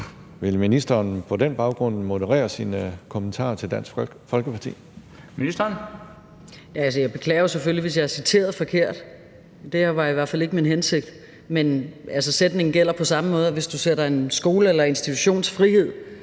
Ministeren. Kl. 13:11 Børne- og undervisningsministeren (Pernille Rosenkrantz-Theil): Jeg beklager selvfølgelig, hvis jeg har citeret forkert, for det var i hvert fald ikke min hensigt. Men sætningen gælder på samme måde. Hvis du sætter en skoles eller en institutions frihed